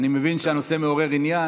אני מבין שהנושא מעורר עניין,